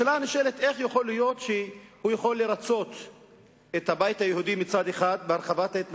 השאלה הנשאלת היא איך יכול להיות שהוא יכול מצד אחד לרצות